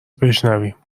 بشنویم